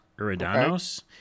Iridanos